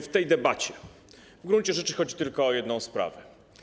W tej debacie w gruncie rzeczy chodzi tylko o jedną sprawę.